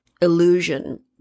illusion